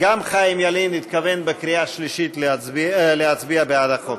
גם חיים ילין התכוון בקריאה שלישית להצביע בעד החוק.